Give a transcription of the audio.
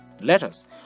letters